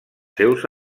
seus